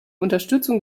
unterstützung